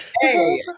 Hey